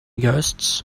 ghosts